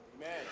Amen